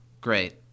Great